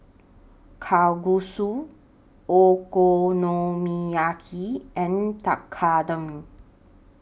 Kalguksu Okonomiyaki and Tekkadon